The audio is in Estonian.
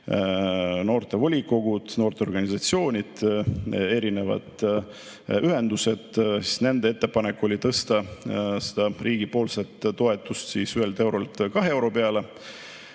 noortevolikogud, noorteorganisatsioonid, erinevad ühendused. Nende ettepanek oli tõsta riigipoolset toetust 1 eurolt 2 euro peale